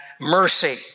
mercy